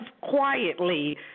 quietly